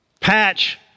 patch